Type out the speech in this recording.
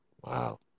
Wow